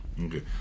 Okay